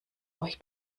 euch